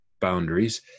boundaries